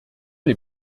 les